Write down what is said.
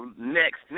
next